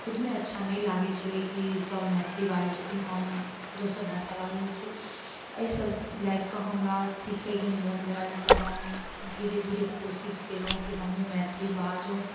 खुदमे अच्छा नहि लागै छेलै कि सभ मैथिली बाजै छथिन हम दोसर भाषा बाजै छियै एहि सभ लएके हमरा सीखैके मोन भेल तऽ हम धीरे धीरे कोशिश केलहुॅं कि हमहुँ मैथिली बाजू